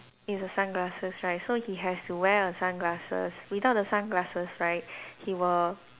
it's a sunglasses right so he has to wear the sunglasses without the sunglasses right he will